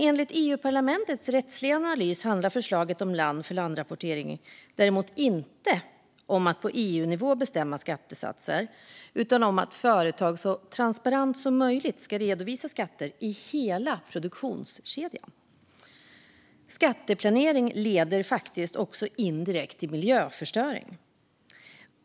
Enligt EU-parlamentets rättsliga analys handlar förslaget om land-för-land-rapportering dock inte om att på EU-nivå bestämma skattesatser utan om att företag så transparent som möjligt ska redovisa skatter i hela produktionskedjan. Skatteplanering leder också indirekt till miljöförstöring.